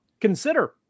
consider